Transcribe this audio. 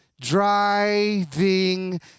driving